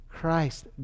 Christ